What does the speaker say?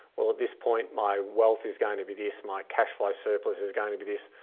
well at this point my wealth is going to be this. my cashflow surplus is going to be this.